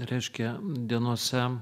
reiškia dienose